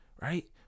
Right